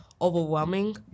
Overwhelming